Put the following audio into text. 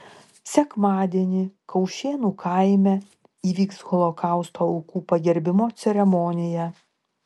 sekmadienį kaušėnų kaime įvyks holokausto aukų pagerbimo ceremonija